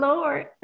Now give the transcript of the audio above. Lord